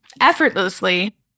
effortlessly